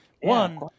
One